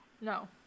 No